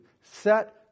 Set